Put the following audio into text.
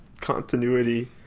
continuity